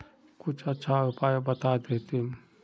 कुछ अच्छा उपाय बता देतहिन?